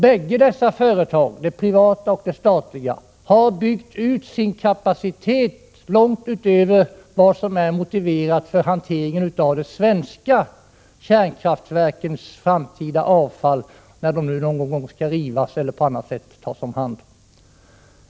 Bägge dessa företag — det privata och det statliga — har byggt ut sin kapacitet långt utöver vad som är motiverat för hanteringen av de svenska kärnkraftverkens framtida avfall, när de någon gång skall rivas eller tas om hand på annat sätt.